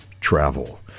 travel